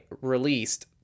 released